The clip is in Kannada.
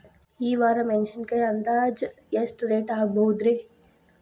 ಈ ವಾರ ಮೆಣಸಿನಕಾಯಿ ಅಂದಾಜ್ ಎಷ್ಟ ರೇಟ್ ಆಗಬಹುದ್ರೇ?